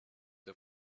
der